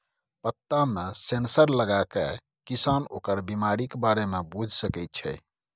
पत्तामे सेंसर लगाकए किसान ओकर बिमारीक बारे मे बुझि सकैत छै